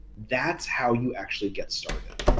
that's how you actually get started.